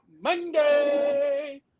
monday